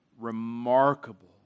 remarkable